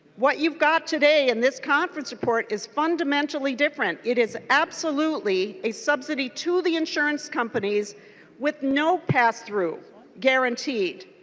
what you got today in this conference report is fundamentally different. it is absolutely a subsidy to the insurance companies with no pass-through guaranteed.